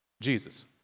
Jesus